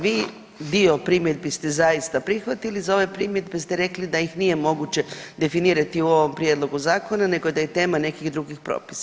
Vi dio primjedbi ste zaista prihvatili za ove primjedbe ste rekli da ih nije moguće definirati u ovom prijedlogu zakona nego da je tema nekih drugih propisa.